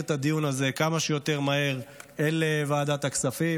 את הדיון הזה כמה שיותר מהר אל ועדת הכספים.